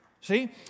See